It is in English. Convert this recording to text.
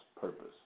purpose